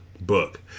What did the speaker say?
book